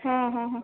हां हां हां